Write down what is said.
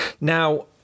Now